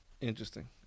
Interesting